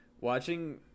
watching